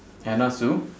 anna sue